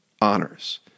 honors